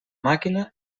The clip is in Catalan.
màquina